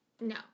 No